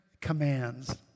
commands